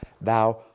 Thou